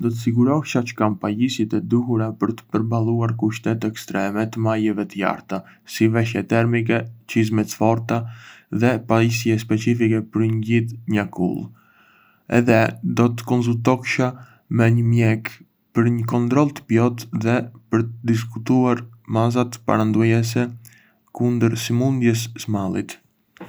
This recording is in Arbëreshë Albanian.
Do të sigurohesha çë kam pajisjet e duhura për të përballuar kushtet ekstreme të maleve të larta, si veshje termike, çizme të forta, dhe pajisje specifike për ngjitje në akull. Edhé, do të konsultohesha me një mjek për një kontroll të plotë dhe për të diskutuar masat parandaluese kundër sëmundjes së malit.